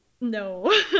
No